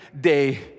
day